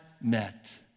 met